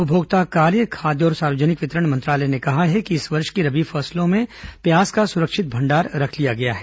उपभोक्ता कार्य खाद्य और सार्वजनिक वितरण मंत्रालय ने कहा है कि इस वर्ष की रबी फसलों में से प्याज का सुरक्षित भंडार रख लिया गया है